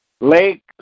Lake